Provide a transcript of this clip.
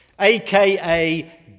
aka